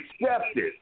accepted